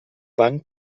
banc